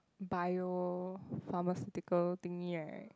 bio-pharmaceutical thing right